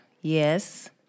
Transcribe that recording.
yes